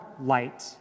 light